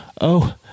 Oh